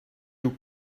you